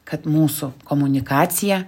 kad mūsų komunikacija